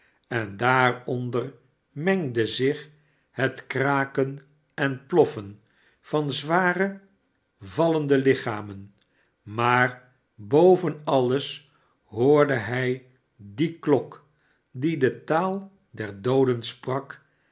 en daaronder mengde zich het kraken en ploflen van zware vallende lichamen maar boven alles hoorde hij die klok die de taal der dooden sprak